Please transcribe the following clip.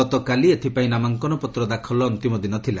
ଗତକାଲି ଏଥିପାଇଁ ନାମାଙ୍କନ ପତ୍ର ଦାଖଲର ଅନ୍ତିମ ଦିନ ଥିଲା